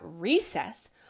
recess